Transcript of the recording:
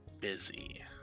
busy